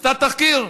עשתה תחקיר,